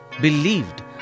believed